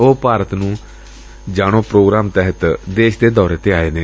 ਉਹ ਭਾਰਤ ਨੂੰ ਜਾਵੋ ਪ੍ਰੋਗਰਾਮ ਤਹਿਤ ਦੇਸ਼ ਦੇ ਦੌਰੇ ਤੇ ਆਏ ਨੇ